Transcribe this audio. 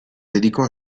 dedicò